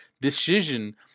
decision